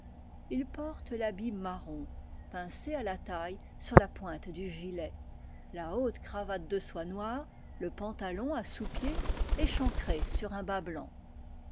il porte l'habit marron pincé à la taille sur la pointe du gilet la haute cravate de soie noire le pantalon à sous pieds échancré sur un bas blanc